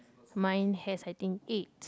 mine has I think eight